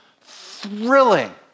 thrilling